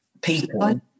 people